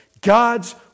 God's